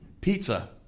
Pizza